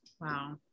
wow